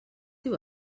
diu